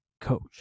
coach